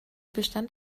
bestand